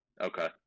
Okay